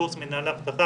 בקורס מנהלי אבטחה,